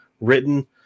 written